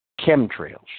chemtrails